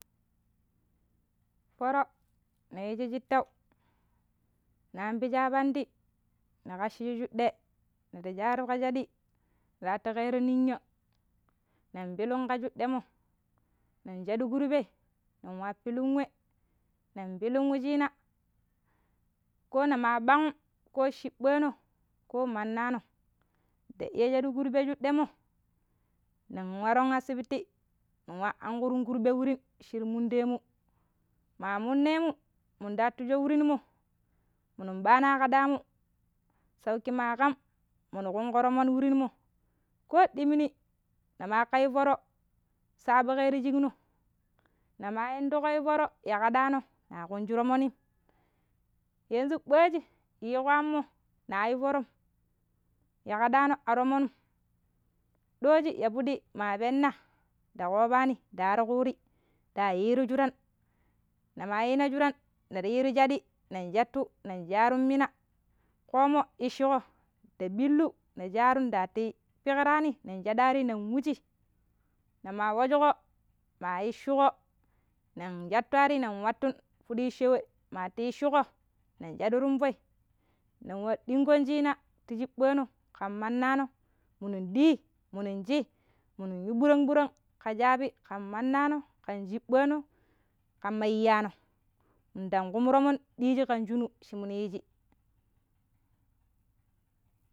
Fooro, ni yiji shittau, na ampiji ya pandi, ni kasshi shuɗɗe, inda shaaru ka shaɗi, nda watu keere ninya min pilun ka shuɗɗei mo nin shadu, kurbe nin wa pilum we, min pilun wushiina ko nima ɓaan ko shiɓaano ko mannano nda iya shaɗu kurbemo nia waron asibiti nwa ankuru kurbe wurim shir mundemu ma monnemu ma mun ta sho wurinno minun ɓano ya kaɗannu sauki ma kam minu kunko, toomon wurin-mo, ko dimini ni mako ta yu toro saɓikaro shinno nima indoko yu tooro, ya kaɗano na kunji toomonim yenzu ɓaji yuko ammo na yu foorom yakadana a toomom. Doji ya piɗi ma penna nda kofani nda waro kuure nda yiri shuran na ma yi shuran nan yuri shadi nda shattu nin shaarun mina koomo iccikko nda ɓillu nda shaaru nda wato pikrani nin sadu arai nin wuji, nima wusko ma iccikko nin shattu ara nin wattun pidi icciso we. Ma iccikko nda shaɗu rumfoi nin wa dinkon shina ti sheɓano kan mannano minun diyi minun shi minin yu ɓirang-ɓirang ka shaabi kan ma-nano kan shaɓano kama iyyano ndan kumo roomo piddiji kan shinu shiminiji.